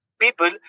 people